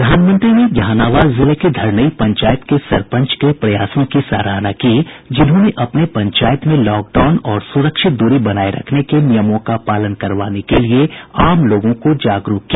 श्री मोदी ने जहानाबाद जिले के धरनई पंचायत के सरपंच के प्रयासों की सराहना की जिन्होंने अपने पंचायत में लॉकडाउन और सुरक्षित दूरी बनाये रखने को नियमों का पालन करवाने के लिए लोगों को जागरूक किया